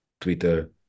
Twitter